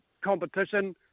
competition